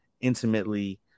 intimately